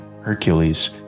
Hercules